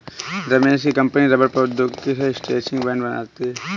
रमेश की कंपनी रबड़ प्रौद्योगिकी से स्ट्रैचिंग बैंड बनाती है